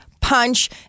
punch